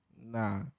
Nah